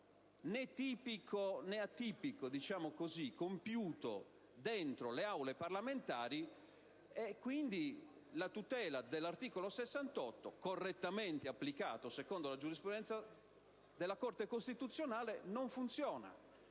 né tipico né atipico compiuto nella funzione parlamentare e quindi la tutela dell'articolo 68, correttamente applicato secondo la giurisprudenza della Corte costituzionale, non opera.